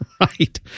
Right